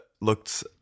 looked